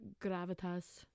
gravitas